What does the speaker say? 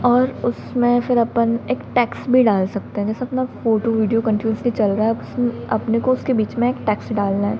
और उसमें फ़िर अपन एक टेक्स भी डाल सकते हैं जैसे अपना फ़ोटो वीडियो कंटीनुअसली चल रहा है अब उसमें अपने को उसके बीच में एक टेक्स डालना है